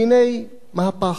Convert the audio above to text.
והנה, מהפך,